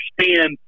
understand